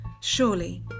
Surely